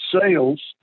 sales